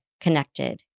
connected